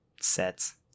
sets